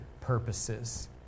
purposes